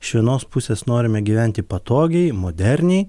iš vienos pusės norime gyventi patogiai moderniai